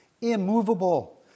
Immovable